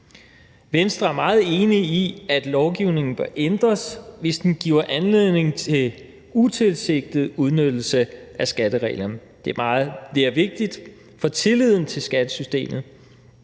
Venstre er meget enige i, at lovgivningen bør ændres, hvis den giver anledning til utilsigtet udnyttelse af skattereglerne. Det er meget vigtigt for tilliden til skattesystemet,